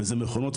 וזה מכונות,